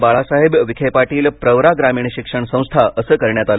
बाळासाहेब विखे पाटील प्रवरा ग्रामीण शिक्षण संस्था असं करण्यात आलं